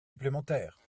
supplémentaires